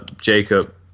Jacob